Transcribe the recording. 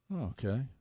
Okay